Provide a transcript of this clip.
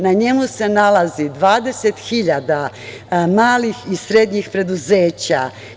Na njemu se nalazi 20 hiljada malih i srednjih preduzeća.